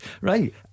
Right